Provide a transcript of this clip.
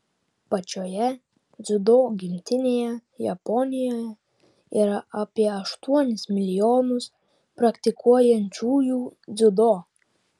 pačioje dziudo gimtinėje japonijoje yra apie aštuonis milijonus praktikuojančiųjų dziudo